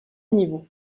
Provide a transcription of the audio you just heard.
niveau